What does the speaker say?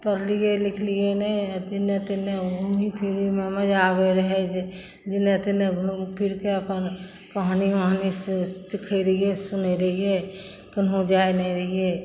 पढ़लियै लिखलियै नहि अथी जेने तेने घुमय फिरयमे मजा आबय रहए जे जेने तेने घुमि फिरिके अपन कहानी ओहानी से सिखय रहियै सुनय रहियै केनहो जाइ नहि रहियै